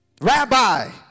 Rabbi